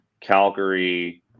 calgary